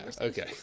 okay